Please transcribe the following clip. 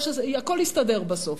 הכול יסתדר בסוף.